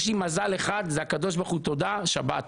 יש לי מזל אחד זה הקדוש ברוך הוא תודה על שבת.